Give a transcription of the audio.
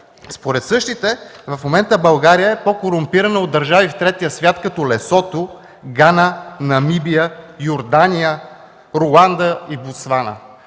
Според същите в момента България е по-корумпирана от държави в третия свят като Лесото, Гана, Намибия, Йордания, Руанда и Ботсвана.